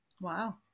Wow